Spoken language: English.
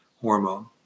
hormone